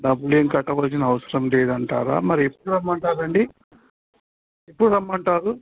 డబ్బులు ఏం కట్టవలసిన అవసరం లేదంటారా మరి ఎప్పుడు రమ్మంటారు అండి ఎప్పుడు రమ్మంటారు